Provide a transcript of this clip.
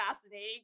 fascinating